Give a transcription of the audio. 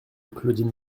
claudine